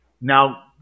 now